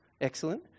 Excellent